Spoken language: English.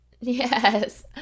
Yes